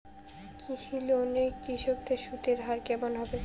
কৃষি লোন এ কৃষকদের সুদের হার কেমন হবে?